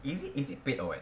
is it is it paid or what